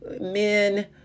men